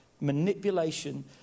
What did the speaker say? manipulation